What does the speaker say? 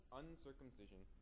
uncircumcision